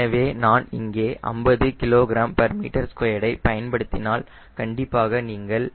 எனவே நான் இங்கே 50 kgm2 ஐ பயன்படுத்தினால் கண்டிப்பாக நீங்கள் 9